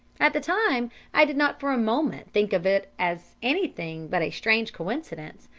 at the time i did not for a moment think of it as anything but a strange coincidence,